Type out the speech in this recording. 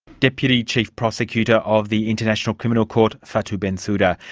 deputy chief prosecutor of the international criminal court fatou bensouda,